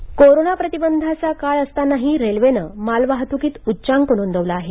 मंजुषा corona प्रतिबंधाचा काळ असतानाही रेल्वेनं मालवाहूकीत उच्चांक नोंदवला आहे